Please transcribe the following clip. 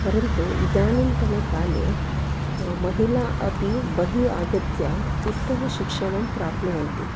परन्तु इदानीन्तनकाले महिलाः अपि बहिः आगत्य उत्तमशिक्षणं प्राप्नुवन्ति